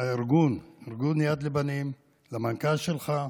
ארגון יד לבנים, למנכ"ל שלך,